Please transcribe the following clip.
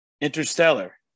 Interstellar